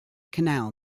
canal